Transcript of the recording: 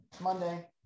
Monday